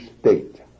state